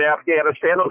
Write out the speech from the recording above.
Afghanistan